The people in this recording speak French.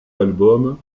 albums